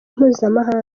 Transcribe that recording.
mpuzamahanga